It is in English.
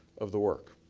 of the work.